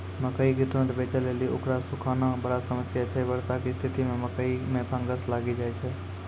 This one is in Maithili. मकई के तुरन्त बेचे लेली उकरा सुखाना बड़ा समस्या छैय वर्षा के स्तिथि मे मकई मे फंगस लागि जाय छैय?